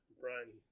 Brian